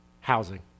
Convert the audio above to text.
Housing